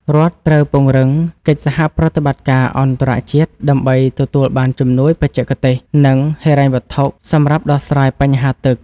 រដ្ឋត្រូវពង្រឹងកិច្ចសហប្រតិបត្តិការអន្តរជាតិដើម្បីទទួលបានជំនួយបច្ចេកទេស និងហិរញ្ញវត្ថុសម្រាប់ដោះស្រាយបញ្ហាទឹក។